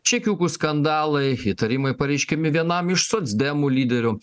čekiukų skandalai įtarimai pareiškiami vienam iš socdemų lyderių